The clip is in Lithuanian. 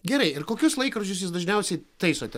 gerai ir kokius laikrodžius jūs dažniausiai taisote